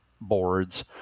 boards